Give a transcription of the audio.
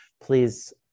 please